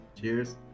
Cheers